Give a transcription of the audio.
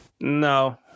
no